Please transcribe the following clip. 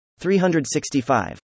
365